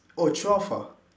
oh twelve ah